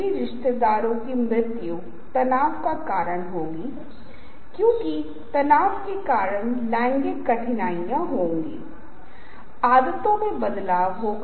लेकिन अगर मैं हमें कहना है चीजों को एक अलग तरीके से करते हैं हमें कहते हैं कि अभिविन्यास बदल दें